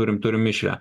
turim turim mišrią